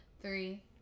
Three